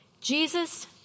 Jesus